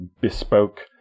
bespoke